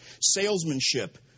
salesmanship